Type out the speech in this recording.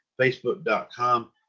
facebook.com